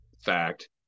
fact